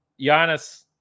Giannis